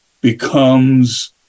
becomes